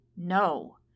no